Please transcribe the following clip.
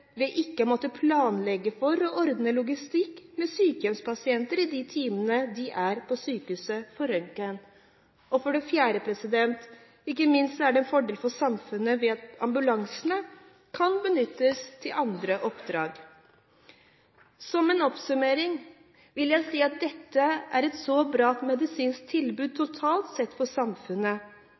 planlegge for og ordne logistikken med sykehjemspasienter i de timene de er på sykehuset for røntgen. Og for det fjerde: Ikke minst er det en fordel for samfunnet ved at ambulansene kan benyttes til andre oppdrag. «Som en oppsummering vil jeg si at dette totalt sett er et så bra medisinsk tilbud for samfunnet